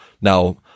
now